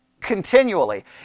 continually